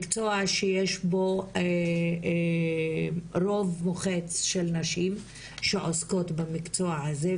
מקצוע שיש בו רוב מוחץ של נשים שעוסקות במקצוע הזה,